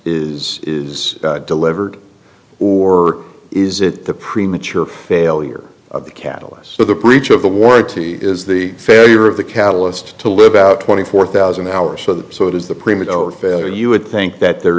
is is delivered or is it the premature failure of the catalyst so the breach of the warranty is the failure of the catalyst to live out twenty four thousand hours so it is the premier failure you would think that there